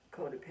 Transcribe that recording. codependent